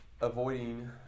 avoiding